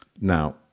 Now